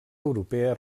europea